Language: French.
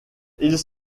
ils